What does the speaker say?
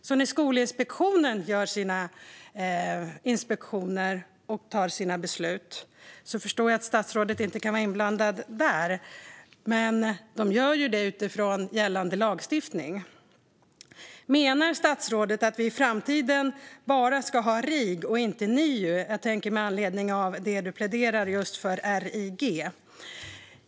Jag förstår att statsrådet inte kan vara inblandad i Skolinspektionens inspektioner och när de fattar sina beslut, men de gör det ju utifrån gällande lagstiftning. Menar statsrådet att vi i framtiden bara ska ha RIG och inte NIU? Jag ställer frågan med anledning av att det du pläderar för är RIG.